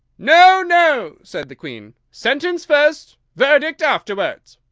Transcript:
no, no! said the queen. sentence first verdict afterwards.